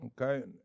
okay